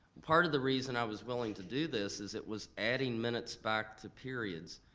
part of the reason i was willing to do this, is it was adding minutes back to periods.